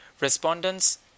Respondents